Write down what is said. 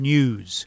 News